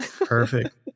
Perfect